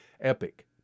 Epic